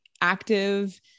active